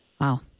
Wow